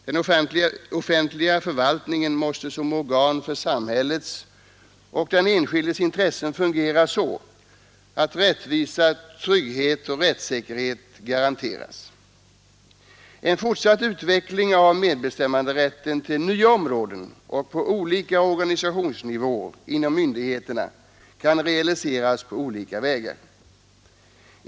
Den offentliga förvaltningen måste som organ för samhällets och den enskildes intressen fungera så att rättvisa, trygghet och rättssäkerhet garanteras. En fortsatt utveckling av medbestämmanderätten till nya områden och på olika organisationsnivåer inom myndigheterna kan realiseras på olika vägar.